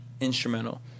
Instrumental